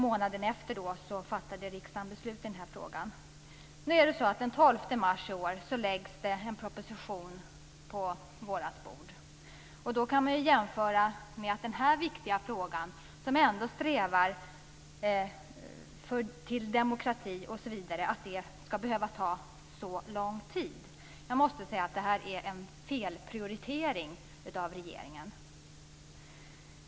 Månaden efter fattade riksdagen beslut i frågan. Den 12 mars i år läggs en proposition på vårt bord. Då kan man ju jämföra med att den här viktiga frågan - som ändå strävar efter demokrati osv. - skall behöva ta så lång tid. Jag måste säga att det här är en felprioritering av regeringen.